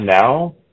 now